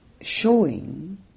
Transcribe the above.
showing